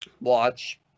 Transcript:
watch